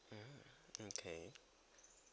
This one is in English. mm okay